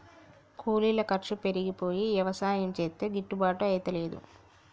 కూలీల ఖర్చు పెరిగిపోయి యవసాయం చేస్తే గిట్టుబాటు అయితలేదు